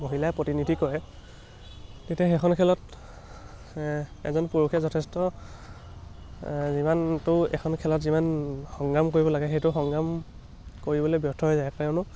মহিলাই প্ৰতিনিধি কৰে তেতিয়া সেইখন খেলত এজন পুৰুষে যথেষ্ট যিমানটো এখন খেলত যিমান সংগ্ৰাম কৰিব লাগে সেইটো সংগ্ৰাম কৰিবলৈ ব্যথ হৈ যায় কিয়নো